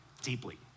deeply